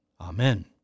Amen